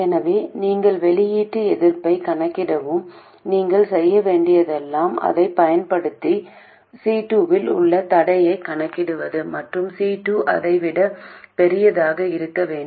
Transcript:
எனவே நீங்கள் வெளியீட்டு எதிர்ப்பைக் கணக்கிட்டவுடன் நீங்கள் செய்ய வேண்டியதெல்லாம் இதைப் பயன்படுத்தி C2 இல் உள்ள தடையைக் கணக்கிடுவது மற்றும் C2 அதை விட பெரியதாக இருக்க வேண்டும்